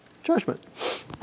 judgment